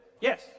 Yes